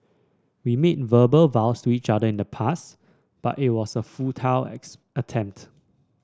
we made verbal vows to each other in the past but it was a futile attempt